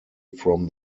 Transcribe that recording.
from